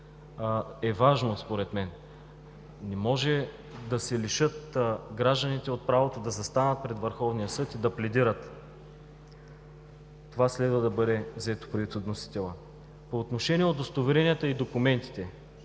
е важно според мен. Не може да се лишат гражданите от правото да застанат пред Върховния съд и да пледират. Това следва да бъде взето предвид от вносителя. По отношение удостоверенията и документите.